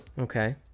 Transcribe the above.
okay